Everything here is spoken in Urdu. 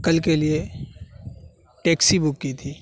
کل کے لیے ٹیکسی بک کی تھی